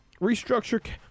restructure